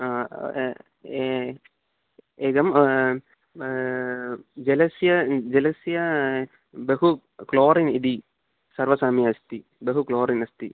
एकम् जलस्य जलस्य बहु क्लोरिन् इति सर्वसमये अस्ति बहु क्लोरिन् अस्ति